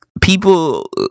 people